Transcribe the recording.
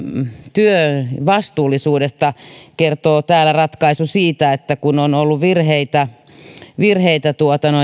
työn vastuullisuudesta kertoo täällä ratkaisu siitä että kun on ollut virheitä virheitä